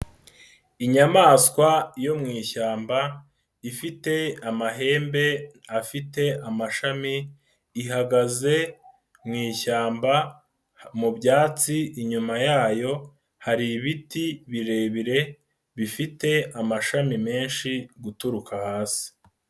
Inyamaswa yo mu ishyamba, ifite amahembe afite amashami, ihagaze mu ishyamba, mu byatsi inyuma yayo hari ibiti birebire bifite amashami menshi guturuka hasi.